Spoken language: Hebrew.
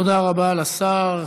תודה רבה לשר.